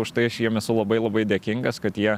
už tai aš jiem esu labai labai dėkingas kad jie